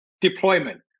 deployment